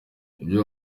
ibyo